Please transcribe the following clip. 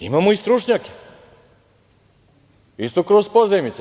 Imamo i stručnjake, isto kroz pozajmice.